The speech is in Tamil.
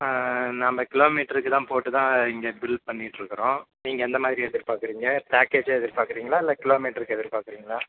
நாம் கிலோ மீட்டருக்கு போட்டு தான் இங்கே பில் பண்ணிகிட்டு இருக்கிறோம் நீங்கள் எந்த மாதிரி எதிர்பார்க்குறீங்க பேக்கேஜாக எதிர்பார்க்குறீங்களா இல்லை கிலோ மீட்டருக்கு எதிர்பார்க்குறீங்களா